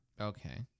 Okay